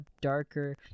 darker